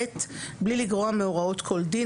(ב) בלי לגרוע מהוראות כל דין,